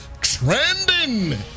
trending